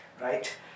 right